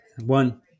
One